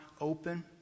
open